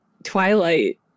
Twilight